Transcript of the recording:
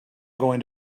going